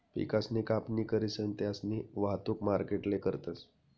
पिकसनी कापणी करीसन त्यास्नी वाहतुक मार्केटले करतस